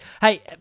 Hey